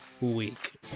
week